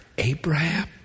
Abraham